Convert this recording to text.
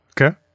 Okay